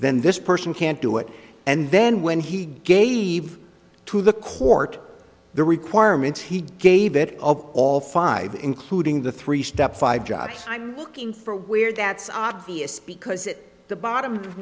then this person can't do it and then when he gave to the court the requirements he gave it up all five including the three step five job i'm looking for weird that's obvious because at the bottom of